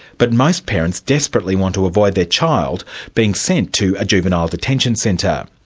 but most parents desperately want to avoid their child being sent to a juvenile detention centre.